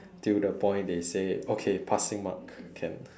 till the point they say okay passing mark can